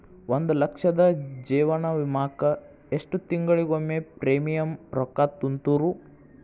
ಒಂದ್ ಲಕ್ಷದ ಜೇವನ ವಿಮಾಕ್ಕ ಎಷ್ಟ ತಿಂಗಳಿಗೊಮ್ಮೆ ಪ್ರೇಮಿಯಂ ರೊಕ್ಕಾ ತುಂತುರು?